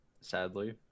Sadly